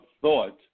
thought